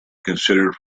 considered